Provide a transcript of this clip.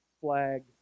flag